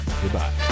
Goodbye